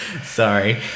Sorry